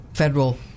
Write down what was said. federal